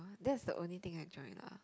that's the only thing I join lah